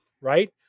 right